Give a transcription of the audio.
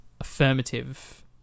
affirmative